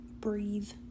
Breathe